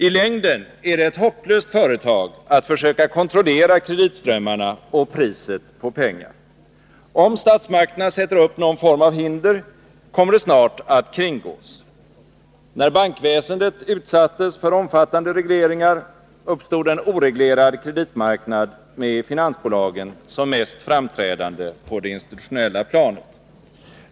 I längden är det ett hopplöst företag att försöka kontrollera kreditströmmarna och priset på pengar. Om statsmakterna sätter upp någon form av hinder kommer det snart att kringgås. När bankväsendet utsattes för omfattande regleringar uppstod en oreglerad kreditmarknad med finansbolagen som mest framträdande på det institutionella planet.